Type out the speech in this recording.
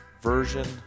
version